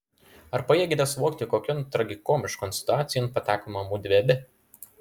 ar pajėgiate suvokti kokion tragikomiškon situacijon patekome mudvi abi